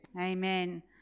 Amen